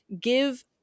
give